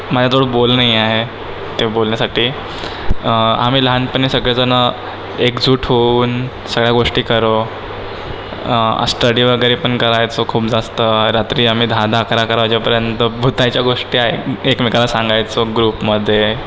माझ्याजवळ बोल नाही आहे ते बोलण्यासाठी आम्ही लहानपणी सगळे जण एकजूट होऊन सगळ्या गोष्टी करू स्टडी वगैरे पण करायचो खूप जास्त रात्री आम्ही दहा दहा अकरा अकरा वाजेपर्यंत भुताच्या गोष्टी ऐई एकमेकाना सांगायचो ग्रुपमध्ये